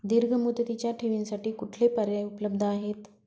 दीर्घ मुदतीच्या ठेवींसाठी कुठले पर्याय उपलब्ध आहेत?